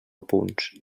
punts